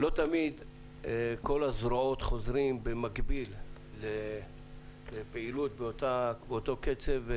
לא תמיד כל הזרועות חוזרות במקביל לפעילות באותו קצב.